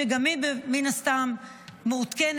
שגם היא מן הסתם מעודכנת,